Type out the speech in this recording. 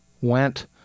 went